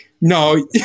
No